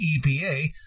EPA